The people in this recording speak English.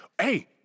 Hey